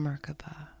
Merkaba